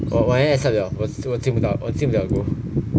我我 accept liao 我进不到我进不了 gold